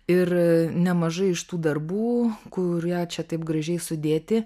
ir nemažai iš tų darbų kurie čia taip gražiai sudėti